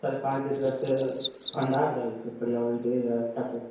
सरकारके तरफसँ फण्ड आबि रहल छै पर्यावरणके लिए अच्छासँ